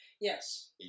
Yes